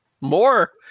More